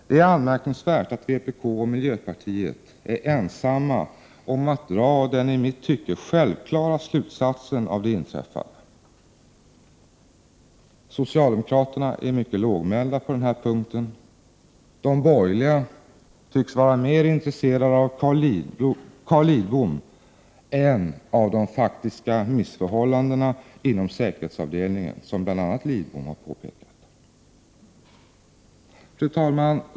Det är anmärkningsvärt att vpk och miljöpartiet är ensamma om att dra den i mitt tycke självklara slutsatsen av det inträffade. Socialdemokraterna är mycket lågmälda på den här punkten. De borgerliga tycks vara mer intresserade av Carl Lidbom än av de faktiska missförhållandena inom säkerhetsavdelningen, som bl.a. Lidbom har påpekat. Fru talman!